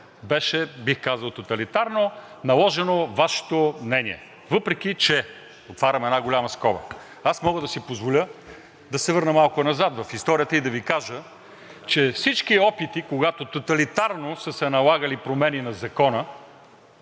беше, бих казал, тоталитарно наложено Вашето мнение, въпреки че – отварям една голяма скоба. Аз мога да си позволя да се върна малко назад в историята и да Ви кажа, че всички опити, когато тоталитарно са се налагали промени на Закона,